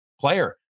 player